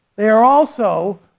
they are also,